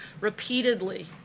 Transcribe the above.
Repeatedly